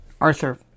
Arthur